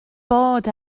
bod